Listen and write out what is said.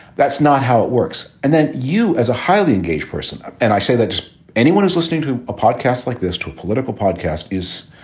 that's not how it works. and then you, as a highly engaged person, and i say that anyone is listening to a podcast like this to a political podcast is,